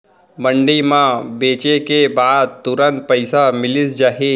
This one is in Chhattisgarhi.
मंडी म बेचे के बाद तुरंत पइसा मिलिस जाही?